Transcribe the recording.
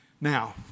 Now